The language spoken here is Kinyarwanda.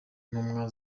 ntumwa